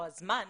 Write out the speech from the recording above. או הזמן,